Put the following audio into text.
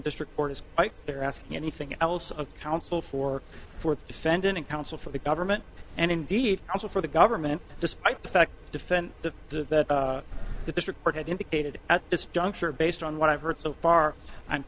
district court is there asking anything else of counsel for fourth defendant counsel for the government and indeed also for the government despite the fact defend the the district court had indicated at this juncture based on what i've heard so far i'm